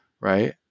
right